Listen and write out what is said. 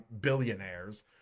billionaires